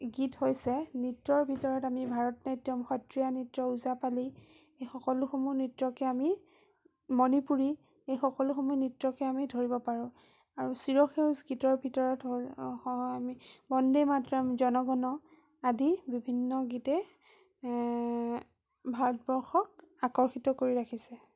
গীত হৈছে নৃত্যৰ ভিতৰত আমি ভাৰতনাট্য়ম সত্ৰীয়া নৃত্য ওজাপালি এই সকলোসমূহ নৃত্যকে আমি মণিপুৰী এই সকলোসমূহ নৃত্যকে আমি ধৰিব পাৰোঁ আৰু চিৰসেউজ গীতৰ ভিতৰত হ'ল আমি বন্দে মাতৰম জন গন আদি বিভিন্ন গীতেই ভাৰতবৰ্ষক আকৰ্ষিত কৰি ৰাখিছে